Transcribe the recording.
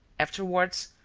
afterwards,